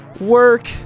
work